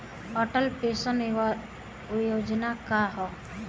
Atal pension योजना का ह?